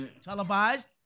televised